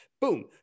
Boom